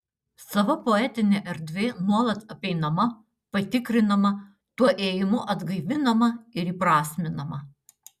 sava poetinė erdvė nuolat apeinama patikrinama tuo ėjimu atgaivinama ir įprasminama